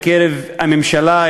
בקרב הממשלה,